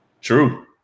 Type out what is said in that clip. True